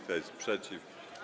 Kto jest przeciw?